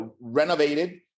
renovated